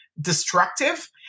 destructive